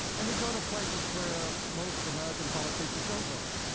and we go to places where most american politicians don't go.